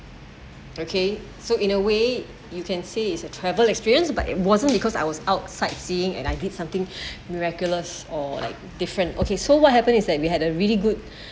okay so in a way you can see is a travel experience but it wasn't because I was outside seeing and I did something miraculous or like different okay so what happen is that we had a really good